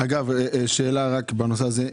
שאלה בנושא הזה.